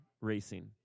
racing